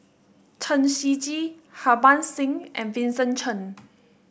Chen Shiji Harbans Singh and Vincent Cheng